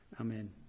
Amen